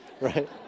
Right